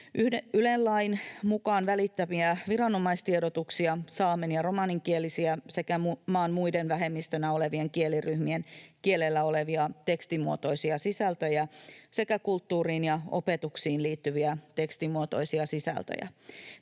Ylen lain mukaan välittämiä viranomaistiedotuksia, saamen- ja romanikielisiä sekä maan muiden vähemmistönä olevien kieliryhmien kielellä olevia tekstimuotoisia sisältöjä sekä kulttuuriin ja opetukseen liittyviä tekstimuotoisia sisältöjä.